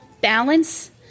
balance